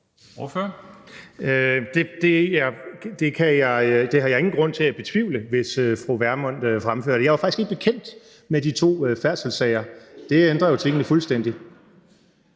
Det har jeg ingen grund til at betvivle, hvis fru Pernille Vermund fremfører det. Jeg var faktisk ikke bekendt med de to færdselssager – det ændrer jo tingene fuldstændigt.